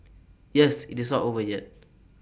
yes IT is not over yet